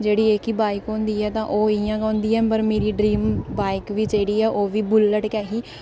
जेह्ड़ी जेह्की बाईक होंदी ऐ तां ओह् इं'या गै होंदी ऐ पर मिगी ड्रीम बाईक बी जेह्ड़ी ऐ ओह् बुलेट गै ऐ ही